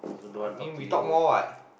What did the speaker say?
no I mean we talk more what